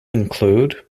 include